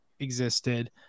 existed